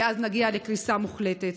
כי אז נגיע לקריסה מוחלטת.